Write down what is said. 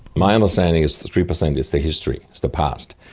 my understanding is three percent is the history. it's the past.